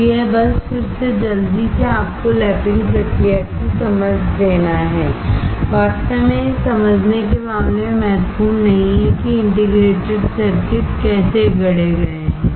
तो यह बस फिर से जल्दी से आपको लैपिंग प्रक्रिया की समझ देना है वास्तव में यह समझने के मामले में महत्वपूर्ण नहीं है कि इंटीग्रेटेड सर्किट कैसे गढ़े गए हैं